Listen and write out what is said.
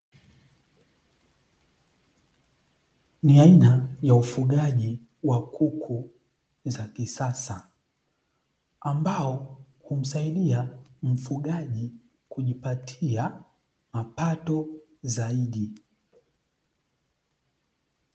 Ni aina ya ufugaji wa kuku za kisasa ambao humsaidia mfugaji kujipatia mapato zaidi.